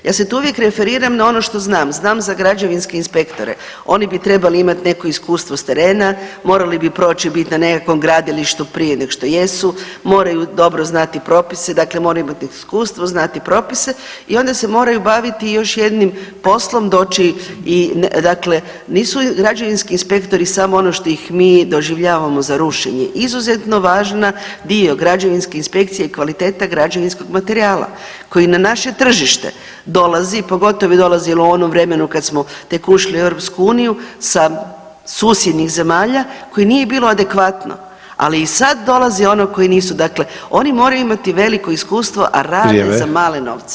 Ja se tu uvijek referiram na ono što znam, znam za građevinske inspektore, oni bi trebali imati neko iskustvo s terena, morali bi proći bit na nekakvom gradilištu prije nego što jesu, moraju dobro znati propise dakle, moraju imati iskustvo, znati propise, i onda se moraju baviti još jednim poslom, doći i dakle, nisu građevinski inspektori samo ono što ih mi doživljemo za rušenje, izuzetno važna dio građevinske inspekcije je kvaliteta građevinskog materijala koji na naše tržište dolazi pogotovo je dolazilo u onom vremenu kad tek smo ušli u EU sa susjednim zemalja koje nije bilo adekvatno, ali i sad dolazi ono koje nisu, dakle, oni moraju veliko iskustvo a rade [[Upadica…vrijeme.]] za male novce.